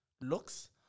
looks